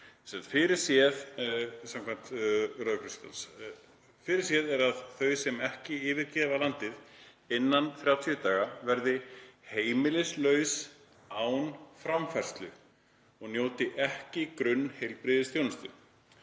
Fyrirséð er að þau sem ekki yfirgefa landið innan 30 daga verði heimilislaus án framfærslu og njóti ekki grunnheilbrigðisþjónustu.